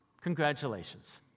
Congratulations